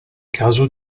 caso